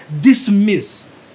dismiss